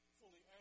fully